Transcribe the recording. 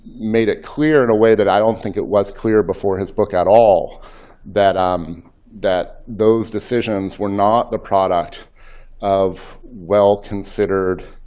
made it clear in a way that i don't think it was clear before his book at all that um that those decisions were not the product of well considered